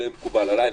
זה מקובל עליי.